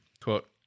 quote